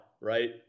right